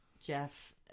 Jeff